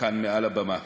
כאן מעל הבמה: